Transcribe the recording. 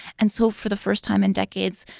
and so for the first time in decades,